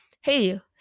hey